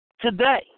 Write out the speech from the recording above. today